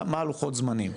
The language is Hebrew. מה לוחות הזמנים.